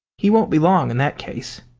he won't be long in that case.